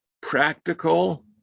practical